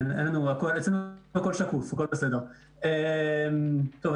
הצגנו ברמה מאוד מערכתית כמעט,